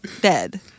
dead